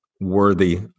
worthy